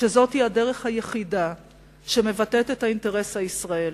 שזאת היא הדרך היחידה שמבטאת את האינטרס הישראלי,